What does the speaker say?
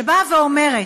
שבאה ואומרת: